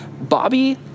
Bobby